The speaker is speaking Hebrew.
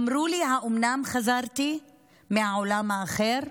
// אמרו לי, האומנם חזרתי / מהעולם האחר?